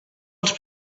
els